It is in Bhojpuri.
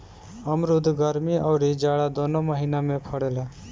अमरुद गरमी अउरी जाड़ा दूनो महिना में फरेला